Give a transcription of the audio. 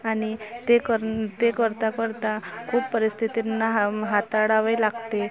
आणि ते कर ते करता करता खूप परिस्थितींना हाम हाताळावे लागते